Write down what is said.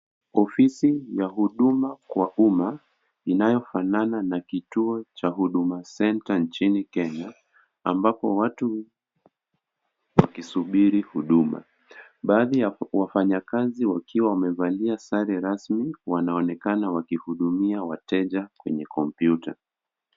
Ofisi ya huduma kwa umma inayofanana na kituo cha huduma center nchini Kenya, ambapo watu wakisubiri huduma. Baadhi ya wafanyakazi wakiwa wamevalia sare rasmi wanaonekana wakihudumia wateja kwenye kompyuta.